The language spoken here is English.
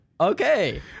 Okay